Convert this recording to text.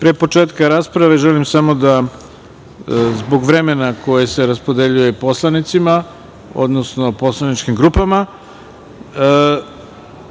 početka rasprave, želim samo da, zbog vremena koje se raspodeljuje poslanicima, odnosno poslaničkim grupama,